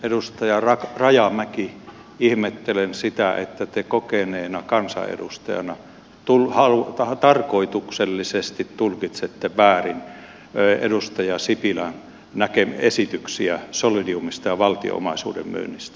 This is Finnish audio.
edustaja rajamäki ihmettelen sitä että te kokeneena kansanedustajana tarkoituksellisesti tulkitsette väärin edustaja sipilän esityksiä solidiumista ja valtion omaisuuden myynnistä